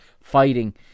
fighting